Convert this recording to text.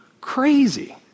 Crazy